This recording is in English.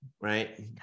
right